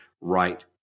right